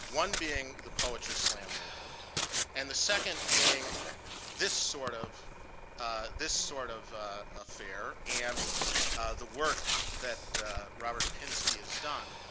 one being the poetry slam movement and the second being this sort of this sort of affair and the work that robert pinsky has done.